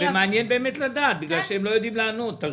מעניין לדעת, מפני שהם לא יודעים לענות.